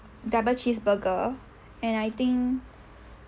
double cheeseburger and I think